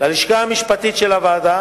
ללשכה המשפטית של הוועדה,